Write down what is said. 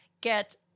get